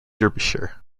derbyshire